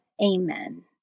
Amen